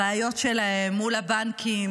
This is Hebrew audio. הבעיות שלהם מול הבנקים,